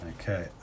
Okay